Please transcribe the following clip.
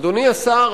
אדוני השר,